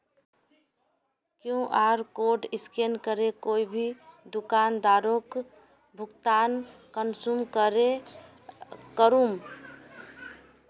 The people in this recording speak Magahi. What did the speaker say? कियु.आर कोड स्कैन करे कोई भी दुकानदारोक भुगतान कुंसम करे करूम?